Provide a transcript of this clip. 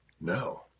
No